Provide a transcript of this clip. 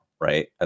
right